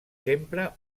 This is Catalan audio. sempre